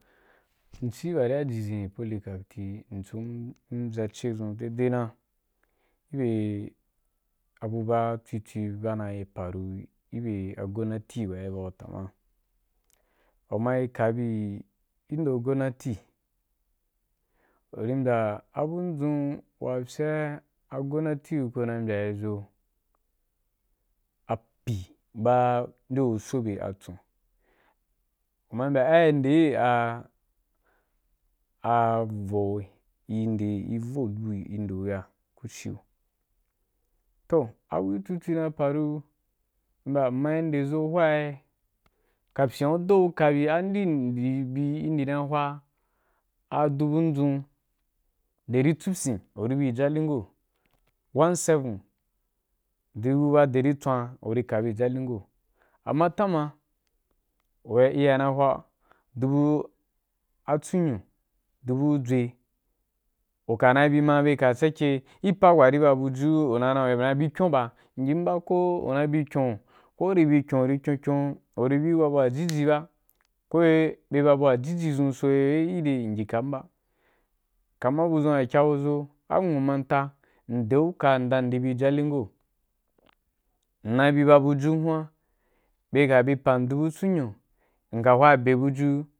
In cí waín ajinjin polycarp tī, m ‘an m’fya ce dzun deî deî na, gi bye a bu ba titi ba na’i paru gi bye a gonnati wa’a i ba gu ta ma, u ma yi ka bi, gi ndo gonnatu, u ri mbya a bu mdʒun wa fye’a a gonnati ku ko na yi mbya ‘ i zo apyi ba ndo nde u so be a tsun, u ma mbya, aye nde aa do yi nde vo ndu’i nde gu ya ku ci yo. Toh abu cuc na para, i ma nde zo hwai, ka pyina u do gi uka u bi, andi u bi ndi na hua a dubu ndzun, dari tsupyin u ri bi jalingo “one seven” dubu bu dah tswana u ri bi jalingo amma tama u iya na hwa dubu atsunyu dubu dʒwe, u cana na bi ma u ka sake, gí park wariba buju ri yo u cana dana’u bi kyon pa n yimba ko unabi ko u ri bi kyon u ri kyon kyon u ri bi u ba buwa jiji ba ko bye ba bu wa jiji zun so yo gi be n yi kamba kaman bu wa kyahozo ami nwu makanta ndo ki uka dan ndi bi jalingo mna bi ba bujun huan bye ka bi pam dubu tsunyu mka hwa bē buju.